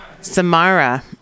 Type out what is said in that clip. Samara